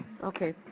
Okay